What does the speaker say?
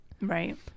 Right